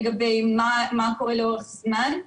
לגבי מה קורה לאורך זמן.